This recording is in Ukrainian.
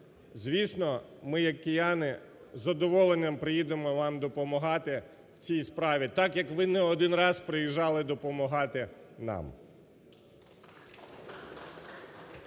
Звісно ми як кияни з задоволенням приїдемо вам допомагати в цій справі, так як ви не один раз приїжджали допомагати нам.